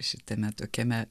šitame tokiame